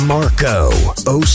Marco